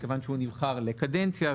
כיוון שהוא נבחר לקדנציה,